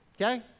Okay